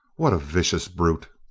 what a vicious brute!